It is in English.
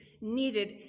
needed